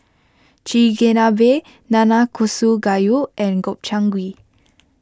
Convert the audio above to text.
Chigenabe Nanakusa Gayu and Gobchang Gui